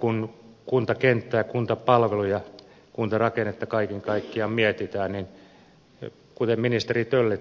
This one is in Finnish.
kun kuntakenttää kuntapalveluja kuntarakennetta kaiken kaikkiaan mietitään niin kuten ministeri tölli